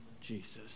Jesus